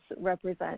represent